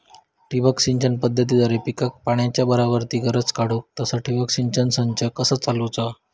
ठिबक सिंचन पद्धतीद्वारे पिकाक पाण्याचा बराबर ती गरज काडूक तसा ठिबक संच कसा चालवुचा?